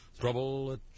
Trouble